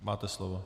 Máte slovo.